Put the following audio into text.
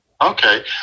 Okay